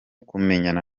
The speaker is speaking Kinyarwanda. kumenyana